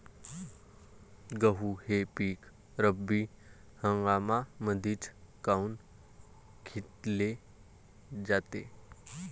गहू हे पिक रब्बी हंगामामंदीच काऊन घेतले जाते?